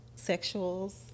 sexuals